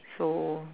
so